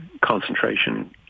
concentration